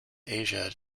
asia